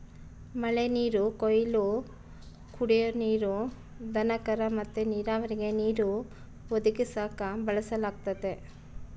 ಮಳೆನೀರು ಕೊಯ್ಲು ಕುಡೇ ನೀರು, ದನಕರ ಮತ್ತೆ ನೀರಾವರಿಗೆ ನೀರು ಒದಗಿಸಾಕ ಬಳಸಲಾಗತತೆ